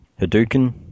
Hadouken